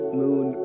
moon